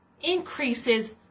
increases